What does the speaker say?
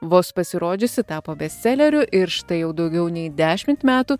vos pasirodžiusi tapo bestseleriu ir štai jau daugiau nei dešimt metų